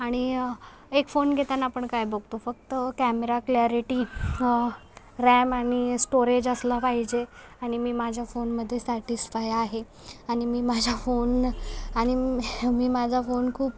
आणि एक फोन घेताना आपण काय बघतो फक्त कॅमेरा क्लॅरिटी रॅम आणि स्टोरेज असला पाहिजे आणि मी माझ्या फोनमध्ये सॅटिस्फाय आहे आणि मी माझ्या फोन आणि मी माझा फोन खूप